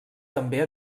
també